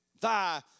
thy